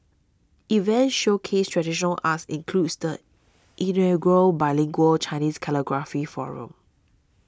events showcase traditional arts includes the inaugural bilingual Chinese calligraphy forum